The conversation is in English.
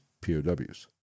POWs